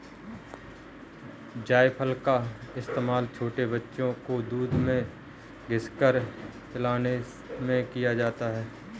जायफल का इस्तेमाल छोटे बच्चों को दूध में घिस कर पिलाने में किया जाता है